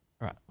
Right